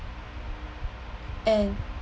and